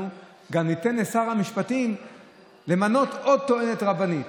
גם ניתן לשר המשפטים למנות עוד טוענת רבנית.